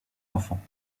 enfants